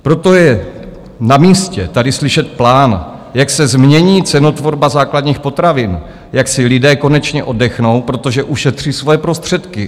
Proto je na místě tady slyšet plán, jak se změní cenotvorba základních potravin, jak si lidé konečně oddechnou, protože ušetří svoje prostředky.